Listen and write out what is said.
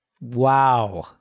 Wow